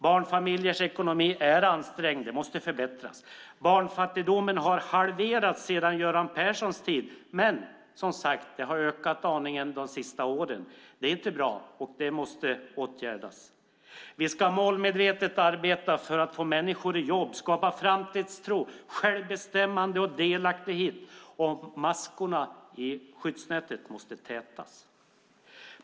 Barnfamiljers ekonomi är ansträngd. Det måste förbättras. Barnfattigdomen har halverats sedan Göran Perssons tid, men den har som sagt ökat en aning de senaste åren. Det är inte bra. Det måste åtgärdas. Vi ska målmedvetet arbeta för att få människor i jobb, skapa framtidstro, självbestämmande och delaktighet. Maskorna i skyddsnätet måste tätas.